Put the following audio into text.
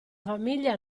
famiglia